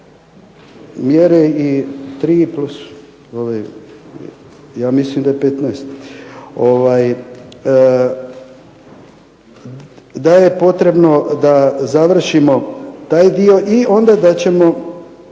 mjera, odnosno ja mislim da je 15, da je potrebno da završimo taj dio i onda da ćemo